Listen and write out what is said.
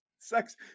Sex